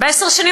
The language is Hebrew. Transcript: בעשר השנים